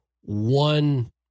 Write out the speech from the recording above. one